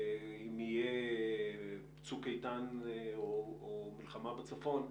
בעת מבצע צבאי או מלחמה בצפון,